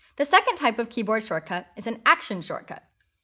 the second type of keyboard shortcut is an action shortcut.